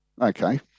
Okay